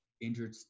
injured